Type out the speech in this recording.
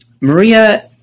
Maria